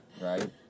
Right